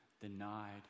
denied